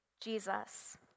Jesus